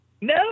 No